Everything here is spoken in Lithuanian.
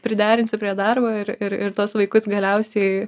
priderinsiu prie darbo ir ir ir tuos vaikus galiausiai